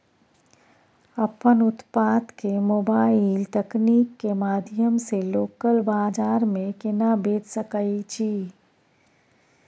अपन उत्पाद के मोबाइल तकनीक के माध्यम से लोकल बाजार में केना बेच सकै छी?